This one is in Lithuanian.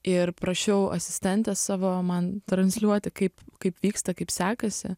ir prašiau asistentės savo man transliuoti kaip kaip vyksta kaip sekasi